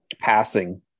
passing